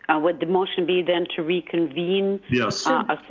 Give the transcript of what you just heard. would the motion be then to reconvene yeah so